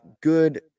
good